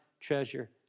treasure